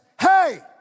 hey